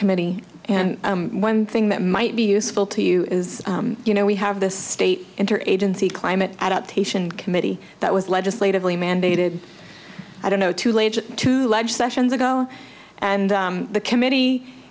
committee and one thing that might be useful to you is you know we have this state interagency climate adaptation committee that was legislatively mandated i don't know too late to ledge sessions ago and the committee